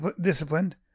disciplined